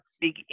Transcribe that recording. big